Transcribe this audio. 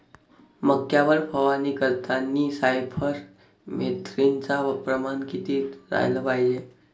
मक्यावर फवारनी करतांनी सायफर मेथ्रीनचं प्रमान किती रायलं पायजे?